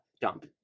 dump